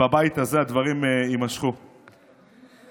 הדברים יימשכו בבית הזה.